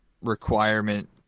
requirement